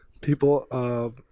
people –